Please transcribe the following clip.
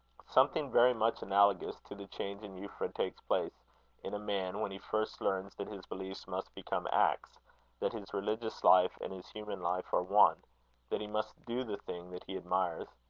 something very much analogous to the change in euphra takes place in a man when he first learns that his beliefs must become acts that his religious life and his human life are one that he must do the thing that he admires.